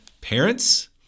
parents